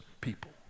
people